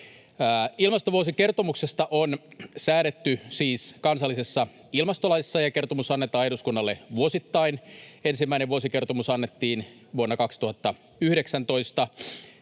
Ilmastovuosikertomuksesta on säädetty siis kansallisessa ilmastolaissa, ja kertomus annetaan eduskunnalle vuosittain. Ensimmäinen vuosikertomus annettiin vuonna 2019.